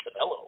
Canelo